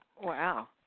Wow